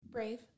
brave